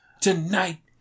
Tonight